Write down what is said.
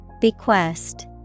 Bequest